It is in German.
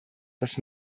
das